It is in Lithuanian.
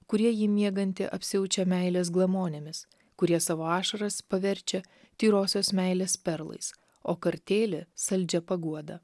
kurie jį miegantį apsiaučia meilės glamonėmis kurie savo ašaras paverčia tyrosios meilės perlais o kartėlį saldžią paguodą